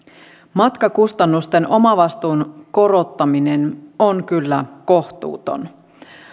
matkakustannusten omavastuun korottaminen on kyllä kohtuuton